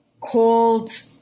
called